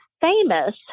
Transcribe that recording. famous